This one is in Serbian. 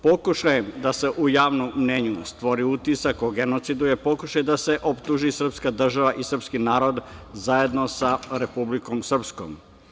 Pokušaje da se u javnom mnjenju stvori utisak o genocidu je pokušaj da se optuži srpska država i srpski narod zajedno sa Republikom Srpskom.